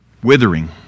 withering